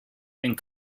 and